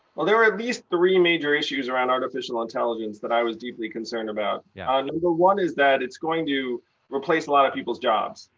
well there were at least three major issues around artificial intelligence that i was deeply concerned about. yeah and number one is that it's going to replace a lot of people's jobs.